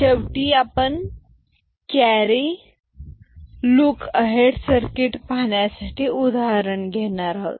शेवटी आपण carry look ahead circuit पाहण्यासाठी उदाहरण घेणार आहोत